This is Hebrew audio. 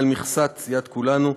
על מכסת סיעת כולנו,